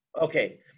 Okay